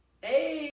Hey